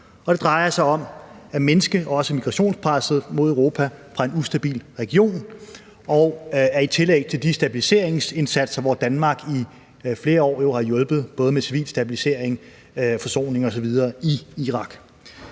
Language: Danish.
det drejer sig om også at mindske migrationspresset mod Europa fra en ustabil region, og det er et tillæg til de stabiliseringsindsatser, hvor Danmark i flere år har hjulpet både med civil stabilisering, forsoning osv. i Irak.